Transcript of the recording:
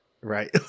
Right